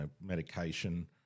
medication